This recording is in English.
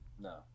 No